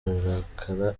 ararakara